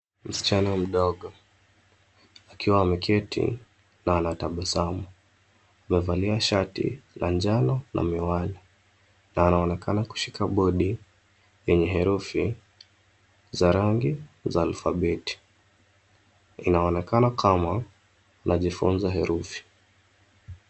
Msichana mdogo, akiwa ameketi na anatabasamu. Amevalia shati la njano na miwani. Na anaonekana kushika bodi lenye herufi za rangi za alphabeti. Inaonekana kama anajifunza herufi.